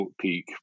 peak